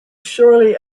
surely